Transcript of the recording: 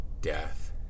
death